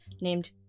named